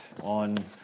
on